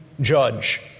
judge